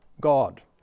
God